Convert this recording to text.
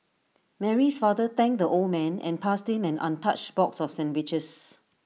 Mary's father thanked the old man and passed him an untouched box of sandwiches